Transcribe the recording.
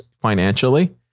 financially